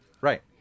right